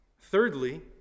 Thirdly